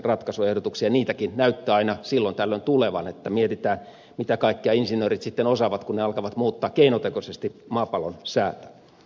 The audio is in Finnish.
niitäkin näyttää aina silloin tällöin tulevan mietitään mitä kaikkea insinöörit sitten osaavat kun he alkavat muuttaa keinotekoisesti maapallon säätä